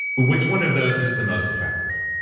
which one of those is the most effective?